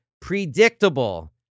predictable